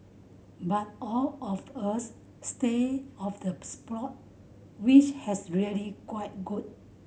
but all of us stay of the plot which has really quite good